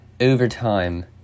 overtime